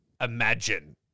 imagine